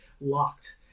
locked